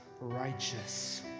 righteous